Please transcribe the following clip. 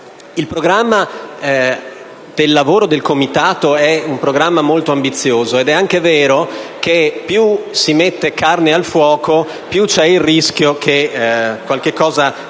Il programma del lavoro del Comitato è molto ambizioso. È anche vero che più si mette carne al fuoco, più c'è il rischio che qualcosa vada